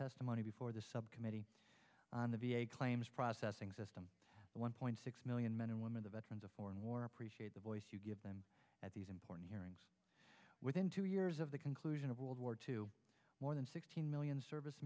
testimony before the subcommittee on the v a claims processing system one point six million men and women the veterans of foreign war appreciate the voice you give them at these important hearings within two years of the conclusion of world war two more than sixteen million service